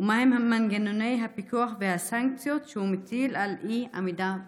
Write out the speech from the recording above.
ומהם מנגנוני הפיקוח והסנקציות שהוא מטיל על אי-עמידה בתנאים?